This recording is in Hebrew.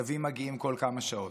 מכתבים מגיעים כל כמה שעות.